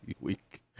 week